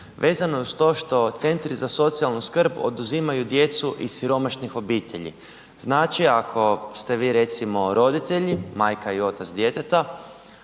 vezano je uz to što centri za socijalnu skrb oduzimaju djecu iz siromašnih obitelji. Znači ako ste vi recimo roditelji, majka i otac djeteta